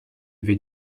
avez